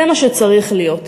זה מה שצריך להיות,